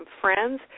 friends